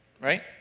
right